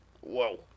Whoa